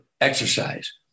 exercise